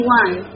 one